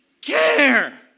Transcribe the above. care